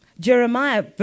Jeremiah